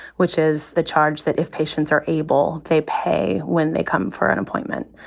which is the charge that if patients are able, they pay when they come for an appointment.